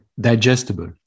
Digestible